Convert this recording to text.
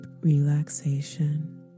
relaxation